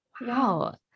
Wow